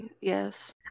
yes